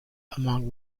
among